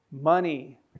Money